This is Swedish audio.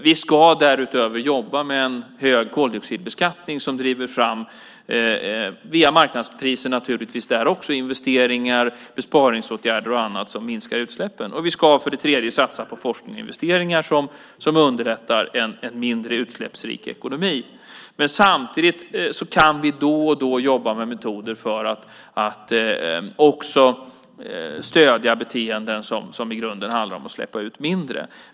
Vi ska därutöver jobba med en hög koldioxidbeskattning som via marknadspriser driver fram investeringar, besparingsåtgärder och annat som minskar utsläppen. Vi ska också satsa på forskning och investeringar som underlättar en mindre utsläppsrik ekonomi. Samtidigt kan vi då och då jobba med metoder för att också stödja beteenden som i grunden handlar om att släppa ut mindre.